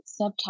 subtopic